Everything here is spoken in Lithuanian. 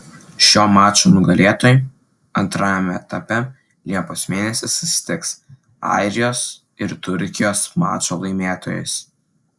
šio mačo nugalėtojai antrajame etape liepos mėnesį susitiks airijos ir turkijos mačo laimėtojais